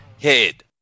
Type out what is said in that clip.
head